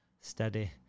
steady